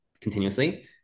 continuously